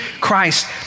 Christ